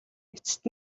эцэст